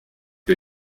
que